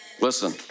Listen